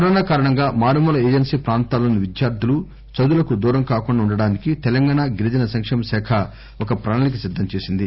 corona కారణంగా మారుమూల agency ప్రాంతాల్లోని విద్యార్థులు చదువులకు దూరం కాకుండా ఉండడానికి తెలంగాణా గిరిజన సంక్షేమశాఖ ఒక ప్రణాళిక సిద్దం చేసింది